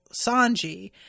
Sanji